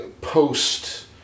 post